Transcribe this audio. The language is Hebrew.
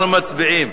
אנחנו מצביעים.